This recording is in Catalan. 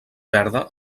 verda